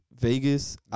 Vegas